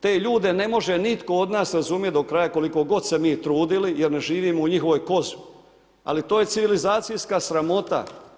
Te ljude ne može nitko od nas razumjeti do kraja koliko god se mi trudili jer ne živimo u njihovoj koži, ali to je civilizacijska sramota.